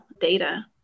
data